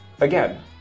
again